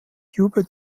hubert